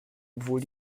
obwohl